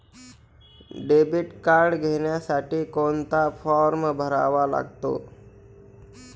Debit card घेण्यासाठी कोणता form भरावा लागतो?